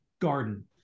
Garden